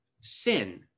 sin